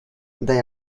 they